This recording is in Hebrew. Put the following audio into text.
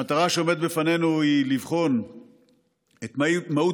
המטרה שעומדת לפנינו היא לבחון את מהות